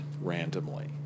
randomly